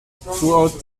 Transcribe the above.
throughout